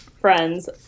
friends